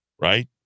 right